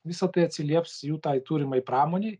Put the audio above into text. visa tai atsilieps jų tai turimai pramonei